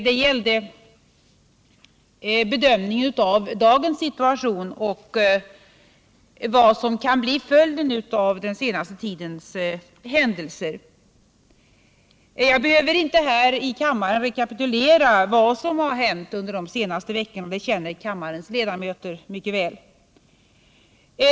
Den gällde bedömningen av dagens situation och vad som kan bli följden av den senaste tidens händelser. Jag behöver inte här i kammaren rekapitulera vad som har hänt under de senaste veckorna. Det känner kammarens ledamöter mycket väl.